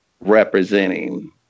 representing